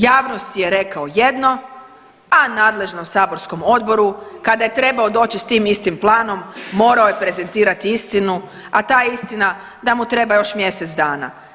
Javnosti je rekao, a nadležnom saborskom odboru kada je trebao doći s tim istim planom morao je prezentirati istinu, a ta je istina da mu treba još mjesec dana.